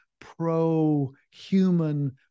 pro-human